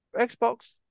Xbox